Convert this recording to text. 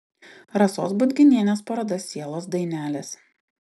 rasos budginienės paroda sielos dainelės